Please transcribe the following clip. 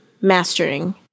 mastering